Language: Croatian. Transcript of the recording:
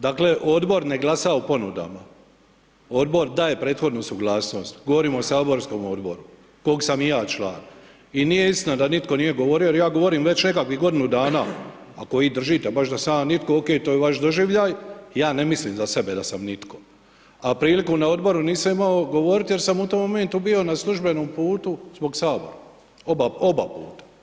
Dakle, Odbor ne glasa o ponudama, Odbor daje prethodnu suglasnost, govorimo o saborskom Odboru, kog sam i ja član i nije istina da nitko nije govorio jer ja govorim već nekakvih godinu dana, ako vi držite baš da sam ja nitko, okej, to je vaš doživljaj, ja ne mislim za sebe da sam nitko, a priliku na Odboru nisam imao govorit jer sam u tom momentu bio na službenom putu zbog HS, oba puta.